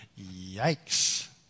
Yikes